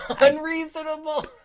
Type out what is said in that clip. Unreasonable